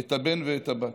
את הבן ואת הבת.